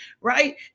right